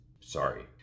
sorry